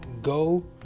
go